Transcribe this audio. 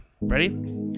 ready